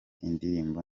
indirimbo